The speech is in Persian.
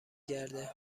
گرده